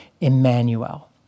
Emmanuel